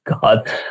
God